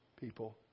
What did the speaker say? people